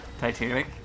Titanic